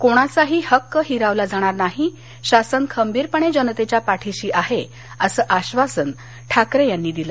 कोणाचाही हक्क हिरावला जाणार नाही शासन खंबीरपणे जनतेच्या पाठिशी आहे असं आश्वासन ठाकरे यांनी दिलं